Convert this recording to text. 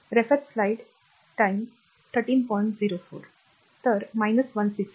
तर 160 watt